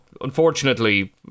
unfortunately